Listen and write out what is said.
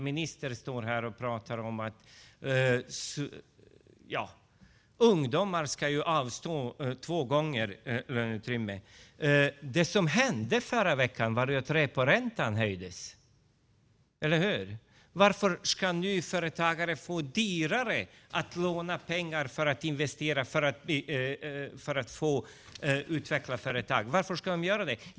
Ministern talar om att ungdomar ska avstå löneutrymme två gånger. Förra veckan höjdes reporäntan, eller hur? Varför ska det bli dyrare för företagare att låna pengar för att investera i att utveckla företagen?